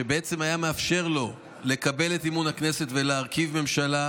שבעצם הייתה מאפשרת לו לקבל את אמון הכנסת ולהרכיב ממשלה,